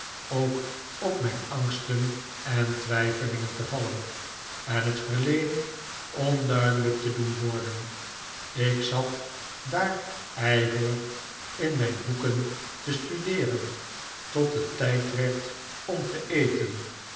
ook op mijn angsten en twijfelingen te vallen en het verleden onduidelijk te doen worden ik zat daar ijverig in mijn boeken te studeeren tot het tijd werd om te eten